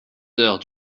heures